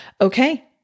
Okay